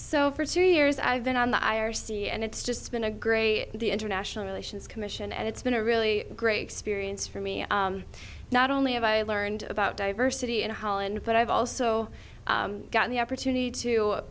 so for two years i've been on the i r c and it's just been a great the international relations commission and it's been a really great experience for me not only have i learned about diversity in holland but i've also got the opportunity to